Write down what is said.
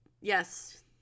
yes